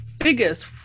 figures